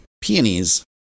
Peonies